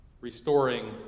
Restoring